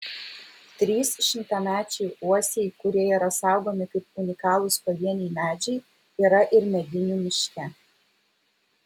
trys šimtamečiai uosiai kurie yra saugomi kaip unikalūs pavieniai medžiai yra ir medinių miške